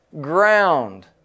ground